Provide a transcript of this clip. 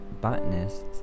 botanists